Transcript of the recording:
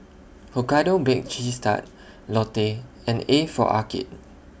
Hokkaido Baked Cheese Tart Lotte and A For Arcade